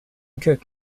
cook